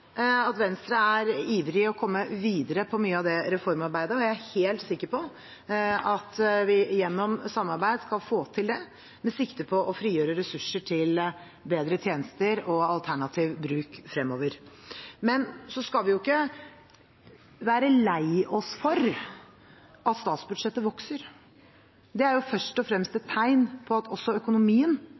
at Venstre er ivrig etter å komme videre med mye av det reformarbeidet, og jeg er helt sikker på at vi gjennom samarbeid skal få til det, med sikte på å frigjøre ressurser til bedre tjenester og alternativ bruk fremover. Men vi skal ikke være lei oss for at statsbudsjettet vokser. Det er jo først og fremst et tegn på at også økonomien